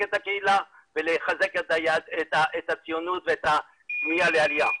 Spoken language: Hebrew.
את הקהילה ולחזק את הציונות ואת הפנייה לעלייה.